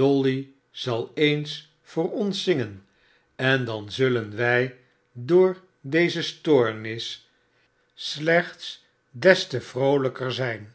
dolly zal eens voor ons zingen en dan zullen wij door deze stoornis slechts des te vroolijker zijn